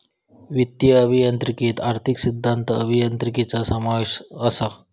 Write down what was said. वित्तीय अभियांत्रिकीत आर्थिक सिद्धांत, अभियांत्रिकीचा पद्धतींचो समावेश असा